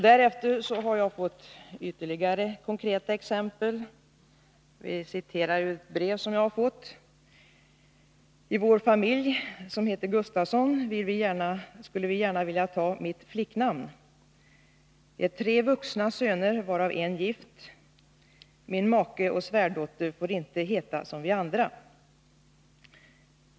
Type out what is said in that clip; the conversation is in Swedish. Därefter har jag fått ytterligare konkreta exempel. Jag vill återge ett brev som jag har fått: I vår familj, som heter Gustavsson, skulle vi gärna vilja ta mitt flicknamn. Tre vuxna söner, varav en gift, min make och min svärdotter får inte heta som vi andra.